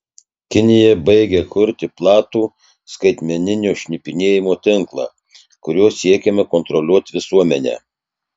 kinija baigia kurti platų skaitmeninio šnipinėjimo tinklą kuriuo siekiama kontroliuoti visuomenę